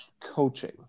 coaching